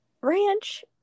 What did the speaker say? ranch